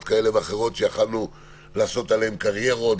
כאלה ואחרות שיכולנו לעשות עליהן קריירות,